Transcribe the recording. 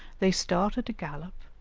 they start at a gallop,